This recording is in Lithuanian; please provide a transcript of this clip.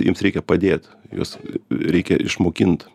jiems reikia padėt juos reikia išmokint